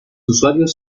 usuarios